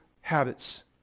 habits